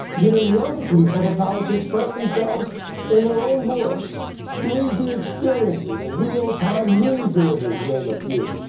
giving young people the power to express themselves in their own voice. three d experiences and real time news delivery, to name a few.